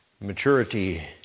Maturity